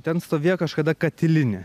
ten stovėjo kažkada katilinė